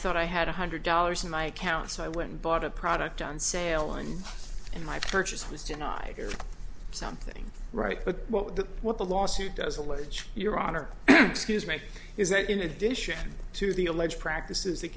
thought i had one hundred dollars in my account so i went and bought a product on salen and my purchase was denied or something right but what the what the lawsuit does allege your honor excuse me is that in addition to the alleged practices that